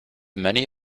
many